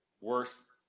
worse